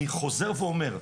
אני חוזר ואומר,